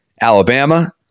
Alabama